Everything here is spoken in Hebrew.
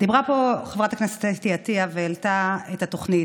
דיברה פה חברת הכנסת אתי עטייה והעלתה את התוכנית,